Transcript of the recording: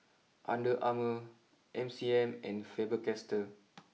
under Armour M C M and Faber Castell